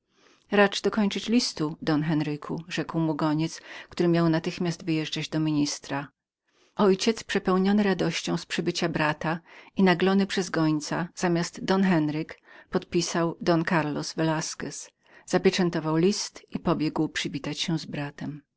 racz dokończyć listu don henryku rzekł mu goniec który miał natychmiast wyjeżdżać do ministra mój ojciec przepełniony radością z przybycia brata i naglony przez gońca zamiast don henryk podpisał don karlos velasquez zapieczętował list i pobiegł przywitać się z bratem